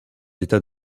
états